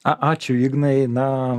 ačiū ignai na